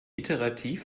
iterativ